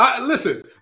Listen